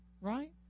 Right